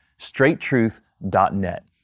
straighttruth.net